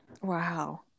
Wow